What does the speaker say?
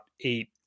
eight